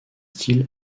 styles